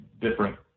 different